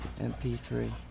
MP3